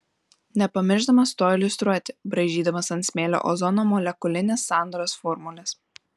nepamiršdamas to iliustruoti braižydamas ant smėlio ozono molekulinės sandaros formules